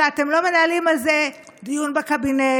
שאתם לא מנהלים על זה דיון בקבינט,